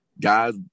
guys